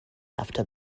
after